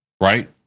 right